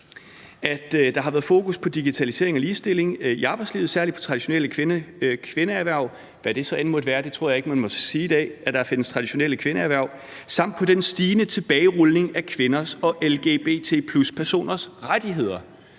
Der har været fokus på digitalisering og ligestilling i arbejdslivet, særlig på traditionelle kvindeerhverv – hvad det så end måtte være, det troede jeg ikke man måtte sige i dag, altså at der findes traditionelle kvindeerhverv – samt på den stigende tilbagerulning af kvinders og lgbt+-personers rettigheder.